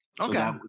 Okay